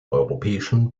europäischen